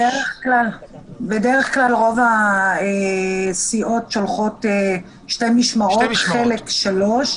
בדרך כלל רוב הסיעות שולחות שתי משמרות, חלק שלוש.